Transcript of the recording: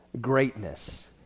Greatness